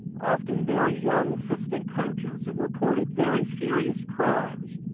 often very young assistant coaches and reported very serious crimes.